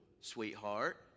sweetheart